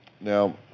Now